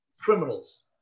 criminals